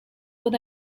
what